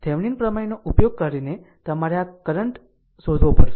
Thevenin પ્રમેયનો ઉપયોગ કરીને તમારે આ દ્વારા કરંટ શોધવો પડશે